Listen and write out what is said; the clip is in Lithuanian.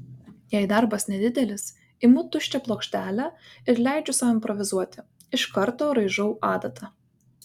jei darbas nedidelis imu tuščią plokštelę ir leidžiu sau improvizuoti iš karto raižau adata